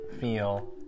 feel